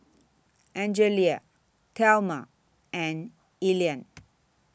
Angelia Thelma and Elian